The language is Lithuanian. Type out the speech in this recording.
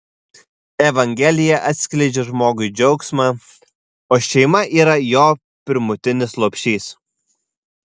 evangelija atskleidžia žmogui džiaugsmą o šeima yra jo pirmutinis lopšys